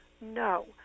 no